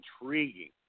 intriguing